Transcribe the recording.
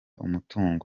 umutungo